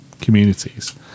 communities